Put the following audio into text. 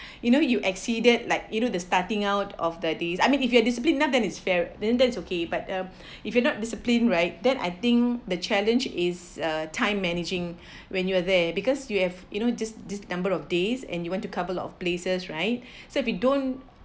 you know you exceeded like you know the starting out of this I mean if you are disciplined enough then it's fair then that's okay but uh if you are not discipline right then I think the challenge is a time managing when you're there because you have you know this this number of days and you went to couple of places right so if you don't